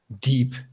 deep